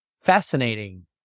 fascinating